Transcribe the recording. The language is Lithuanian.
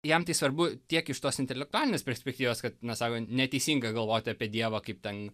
jam tai svarbu tiek iš tos intelektualinės perspektyvos kad na sako neteisinga galvoti apie dievą kaip ten